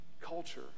culture